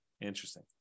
interesting